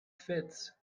fits